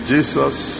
Jesus